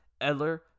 Edler